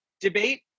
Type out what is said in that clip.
debate